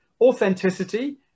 authenticity